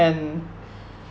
and